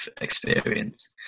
experience